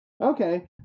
Okay